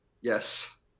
Yes